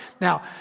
Now